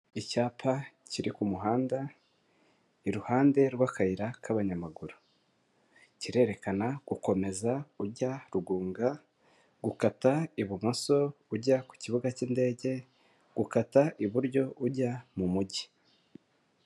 Icyapa kiri ku muhanda, iruhande rw'akayira k'abanyamaguru. Kirerekana gukomeza ujya Rugunga, gukata ibumoso ujya ku kibuga cy'indege, gukata iburyo ujya mu mujyi.